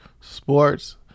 sports